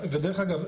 ודרך אגב,